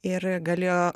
ir galėjo